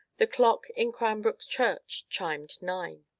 the clock in cranbrook church chimed nine.